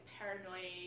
paranoid